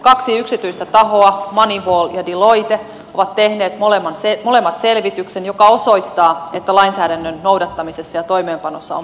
kaksi yksityistä tahoa moneyval ja deloitte ovat tehneet molemmat selvityksen joka osoittaa että lainsäädännön noudattamisessa ja toimeenpanossa on puutteita